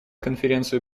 конференцию